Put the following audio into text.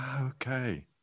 Okay